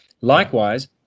Likewise